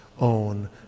own